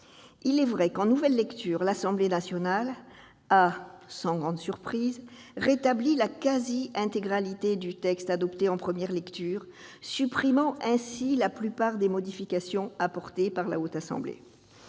Il est vrai que, en nouvelle lecture, l'Assemblée nationale a, sans grande surprise, rétabli la quasi-intégralité du texte adopté par elle en première lecture, supprimant ainsi la plupart des modifications apportées par la Haute Assemblée.